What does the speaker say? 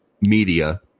media